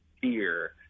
fear